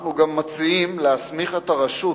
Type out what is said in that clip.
אנחנו גם מציעים להסמיך את הרשות